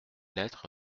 lettre